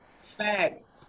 facts